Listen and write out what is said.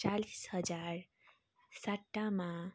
चालिस हजार सट्टामा